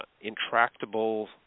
intractable